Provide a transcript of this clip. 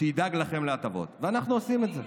שידאג לכם להטבות, ואנחנו עושים את זה.